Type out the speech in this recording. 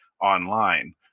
online